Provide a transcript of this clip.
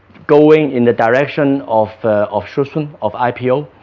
going in the direction of of schutzhund of ipo